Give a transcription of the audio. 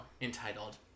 entitled